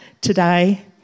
Today